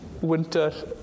winter